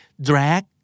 Drag